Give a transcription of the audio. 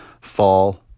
fall